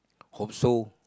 hope so